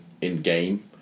in-game